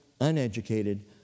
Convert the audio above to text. uneducated